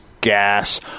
gas